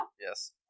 Yes